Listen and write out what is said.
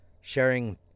sharing